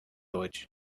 deutsch